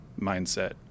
mindset